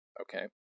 Okay